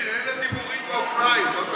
וקנין, אין לה דיבורית באופניים, זאת הבעיה.